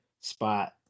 spot